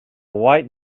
white